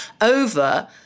over